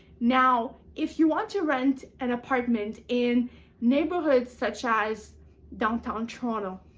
now, if you want to rent an apartment in neighborhoods such as downtown toronto,